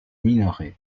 minerai